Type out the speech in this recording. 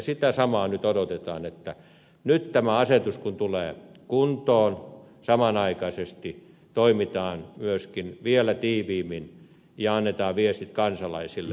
sitä samaa nyt odotetaan että nyt kun tämä asetus tulee kuntoon samanaikaisesti toimitaan myöskin vielä tiiviimmin ja annetaan viesti kansalaisille